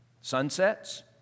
Sunsets